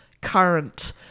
current